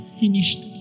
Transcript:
finished